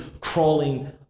crawling